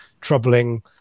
troubling